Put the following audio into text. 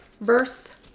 Verse